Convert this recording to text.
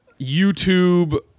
YouTube